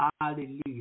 Hallelujah